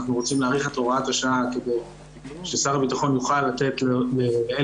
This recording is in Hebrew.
אנחנו רוצים להאריך את הוראת השעה כדי ששר הביטחון יוכל לתת לאלביט